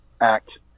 act